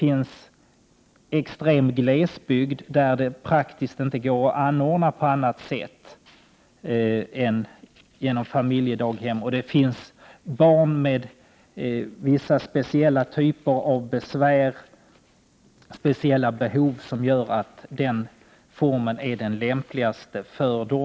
I extrem glesbygd går det inte att praktiskt klara barnomsorgen på annat sätt än i familjedaghem. Vidare finns det barn med vissa speciella typer av besvär eller behov som gör att den formen är den lämpligaste.